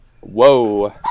Whoa